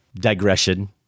digression